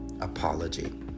apology